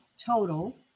total